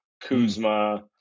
Kuzma